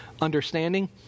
understanding